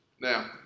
Now